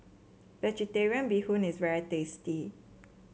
vegetarian Bee Hoon is very tasty